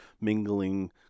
mingling